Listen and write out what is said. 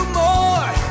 more